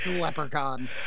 leprechaun